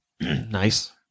Nice